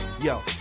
Yo